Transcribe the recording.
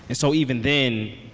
and so even then,